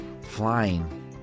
Flying